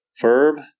Verb